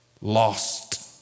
lost